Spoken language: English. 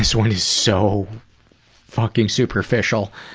one is so fucking superficial.